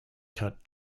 cut